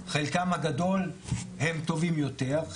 חלקם הגדול הם טובים יותר.